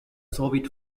soviet